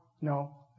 No